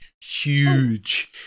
Huge